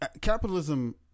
Capitalism